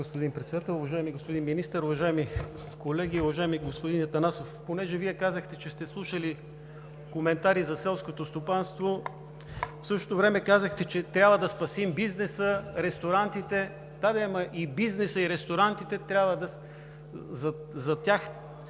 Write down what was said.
Вие казахте, че сте слушали коментари за селското стопанство, в същото време казахте, че трябва да спасим бизнеса, ресторантите. Да де, ама хората три пъти на ден трябва да се